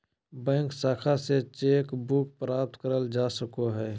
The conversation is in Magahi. बैंक शाखा से चेक बुक प्राप्त करल जा सको हय